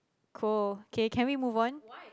cool K can we move on